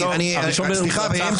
אני באמצע.